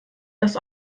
dass